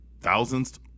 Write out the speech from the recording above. thousands